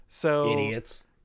Idiots